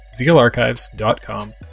zealarchives.com